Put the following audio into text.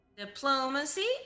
Diplomacy